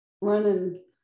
running